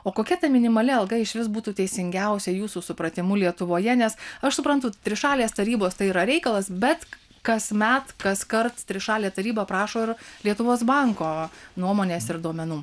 o kokia ta minimali alga išvis būtų teisingiausia jūsų supratimu lietuvoje nes aš suprantu trišalės tarybos tai yra reikalas bet kasmet kaskart trišalė taryba prašo ir lietuvos banko nuomonės ir duomenų